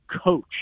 coach